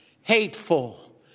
hateful